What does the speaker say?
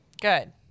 good